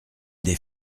des